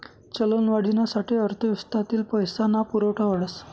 चलनवाढीना साठे अर्थव्यवस्थातील पैसा ना पुरवठा वाढस